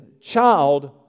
child